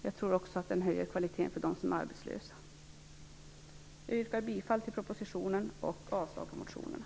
Jag tror också att den höjer kvaliteten för dem som är arbetslösa. Jag yrkar bifall till utskottets hemställan och avslag på motionerna.